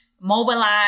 mobilize